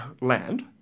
land